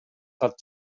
кат